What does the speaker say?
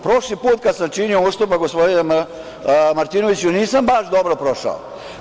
Prošli put kada sam činio ustupak, gospodine Martinoviću, nisam baš dobro prošao.